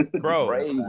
Bro